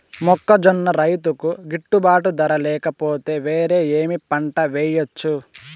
మొక్కజొన్న రైతుకు గిట్టుబాటు ధర లేక పోతే, వేరే ఏమి పంట వెయ్యొచ్చు?